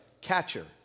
catcher